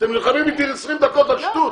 אתם נלחמים אתי 20 דקות על שטות.